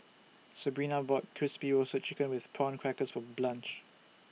Sebrina bought Crispy Roasted Chicken with Prawn Crackers For Blanch